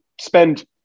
spend